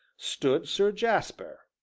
stood sir jasper.